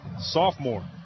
Sophomore